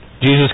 Jesus